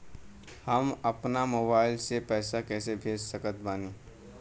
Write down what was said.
हम अपना मोबाइल से पैसा कैसे भेज सकत बानी?